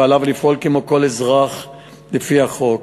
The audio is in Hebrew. ועליו לפעול כמו כל אזרח לפי החוק.